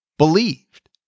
believed